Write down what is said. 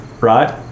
Right